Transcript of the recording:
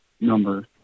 number